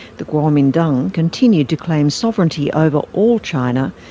the kuomintang continued to claim sovereignty over all china,